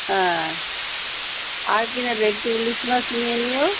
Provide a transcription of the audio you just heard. হ্যাঁ আর কিনা কী একটু ইলিশ মাছ নিয়ে নিও